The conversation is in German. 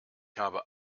habe